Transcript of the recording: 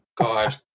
god